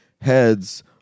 heads